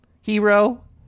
Hero